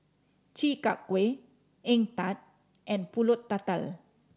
Chi Kak Kuih egg tart and Pulut Tatal